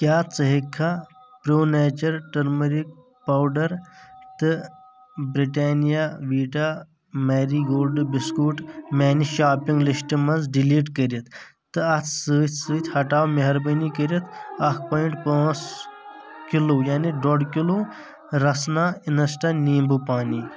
کیٛاہ ژٕ ہٮ۪کٕکھا پرٛو نیچر ٹٔرمٔرِک پاوڈر تہٕ Britannia Vita Marie Gold biscuit میاٛنہِ شاپِنٛگ لِسٹ منٛزٕ ڈلیٹ کٔرِتھ؟ تہٕ اتھ سۭتۍ سۭتۍ ہٹاو مہربٲنی کٔرِتھ اکھ پوینٹ پانٛژھ کِلوٗ یعنی ڈۄڈ کلوٗ رسنا اِنسٹا نیٖمبوٗ پانی